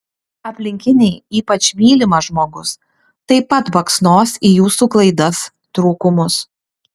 aplinkiniai ypač mylimas žmogus taip pat baksnos į jūsų klaidas trūkumus